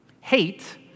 Hate